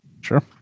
Sure